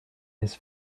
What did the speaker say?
his